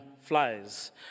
flies